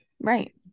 Right